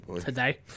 today